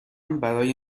برای